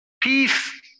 peace